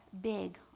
big